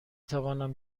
توانم